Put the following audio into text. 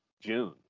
June